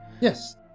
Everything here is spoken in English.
yes